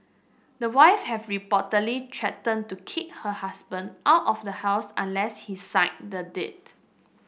the wife had reportedly threatened to kick her husband out of the house unless he signed the deed